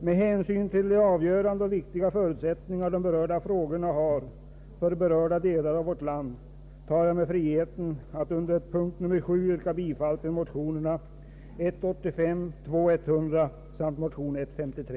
Med hänsyn till den avgörande och viktiga betydelse dessa frågor har för de berörda delarna av vårt land tar jag mig friheten att under punkten 7 yrka bifall till motionerna 1:85 och II: 100 samt motion I: 53.